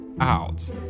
out